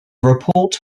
report